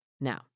Now